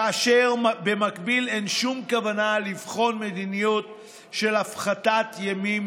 כאשר במקביל אין שום כוונה לבחון מדיניות של הפחתת ימים.